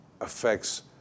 affects